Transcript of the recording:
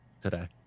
today